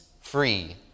free